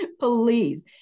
Please